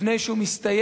לפני שהוא מסתיים,